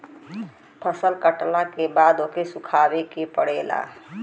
फसल कटला के बाद ओके सुखावे के पड़ेला